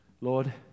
Lord